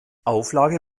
auflage